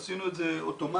עשינו את זה אוטומטית.